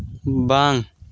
ᱵᱟᱝ